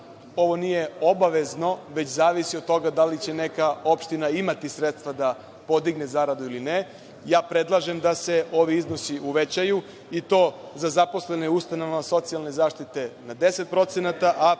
ovo nije obavezno, već zavisi od toga da li će neka opština imati sredstva da podigne zaradu ili ne, ja predlažem da se ovi iznosi uvećaju i to za zaposlene u ustanovama socijalne zaštite na 10%,